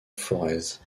forez